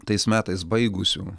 tais metais baigusių